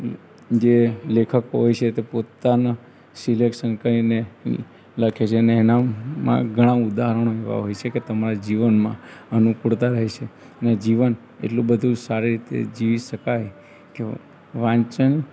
જે લેખક હોય છે તે પોતાના સિલેક્શન કરીને લખે છે અને એનામાં ઘણાં ઉદાહરણોએવાં હોય છે કે તમાર જીવનમાં અનુકુળતા થાય છે ને જીવન એટલું બધુ સારી રીતે જીવી શકાય કે વાંચન